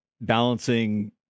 balancing